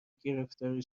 گرفتاری